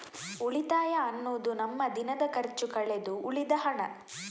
ಉಳಿತಾಯ ಅನ್ನುದು ನಮ್ಮ ದಿನದ ಖರ್ಚು ಕಳೆದು ಉಳಿದ ಹಣ